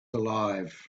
alive